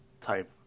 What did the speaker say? type